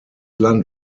land